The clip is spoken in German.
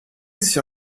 sich